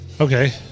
okay